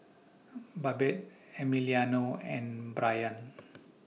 Babette Emiliano and Brayan